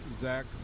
Zach